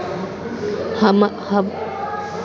हवामान बदलाचा शेतीवर परिणाम होतो का?